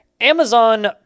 Amazon